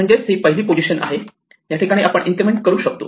म्हणजेच ही पहिली पोझिशन आहे या ठिकाणी आपण इन्क्रिमेंट करू शकतो